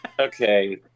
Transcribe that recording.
Okay